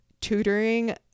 Tutoring